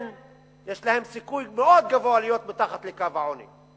יש להן סיכוי מאוד גבוה להיות מתחת לקו העוני,